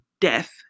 death